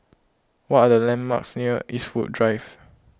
what are the landmarks near Eastwood Drive